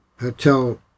hotel